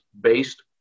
based